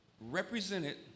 represented